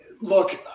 look